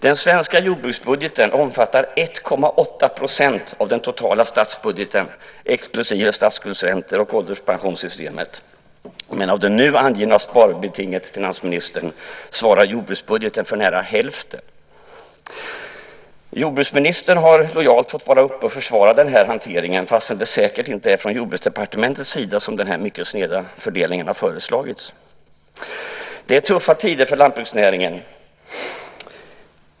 Den svenska jordbruksbudgeten omfattar 1,8 % av den totala statsbudgeten exklusive statsskuldsräntor och ålderspensioner. Men av det nu angivna sparbetinget, finansministern, svarar jordbruksbudgeten för nära hälften. Jordbruksministern har lojalt fått vara uppe och försvara den här hanteringen trots att det säkert inte är från Jordbruksdepartementets sida som den här mycket sneda fördelningen har föreslagits. Det är tuffa tider för lantbruksnäringen.